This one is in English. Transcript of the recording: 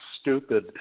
stupid